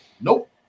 nope